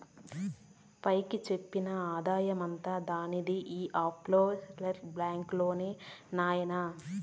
పైకి చెప్పని ఆదాయమంతా దానిది ఈ ఆఫ్షోర్ బాంక్ లోనే నాయినా